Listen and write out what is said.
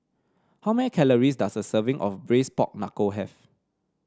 how many calories does a serving of braise Pork Knuckle have